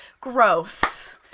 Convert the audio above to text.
gross